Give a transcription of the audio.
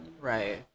Right